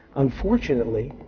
unfortunately,